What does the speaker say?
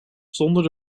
zonder